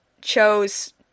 chose